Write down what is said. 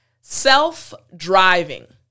self-driving